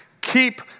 Keep